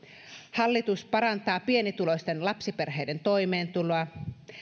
hallitus parantaa pienituloisten lapsiperheiden toimeentuloa ja